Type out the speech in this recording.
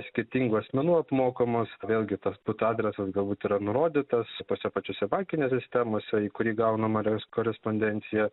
skirtingų asmenų apmokamos vėlgi tas pats adresas galbūt yra nurodytas tose pačiose bankinėse sistemose į kurį gaunama korespondencija